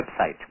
website